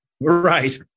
Right